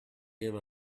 gave